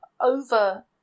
over